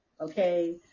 Okay